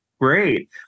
great